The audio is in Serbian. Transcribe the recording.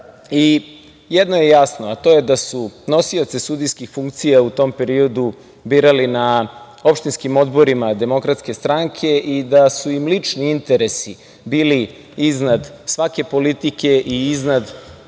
evra. Jedno je jasno, a to je da su nosioce sudijskih funkcija u tom periodu birali na opštinskim odborima Demokratske stranke i da su im lični interesi bili iznad svake politike i iznad